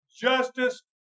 justice